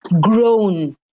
grown